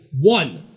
One